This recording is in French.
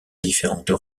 différentes